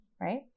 Right